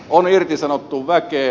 on irtisanottu väkeä